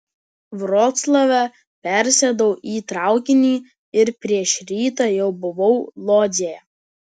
vroclave persėdau į traukinį ir prieš rytą jau buvau lodzėje